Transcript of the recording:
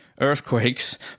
earthquakes